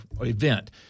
event